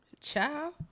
ciao